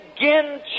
again